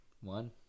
One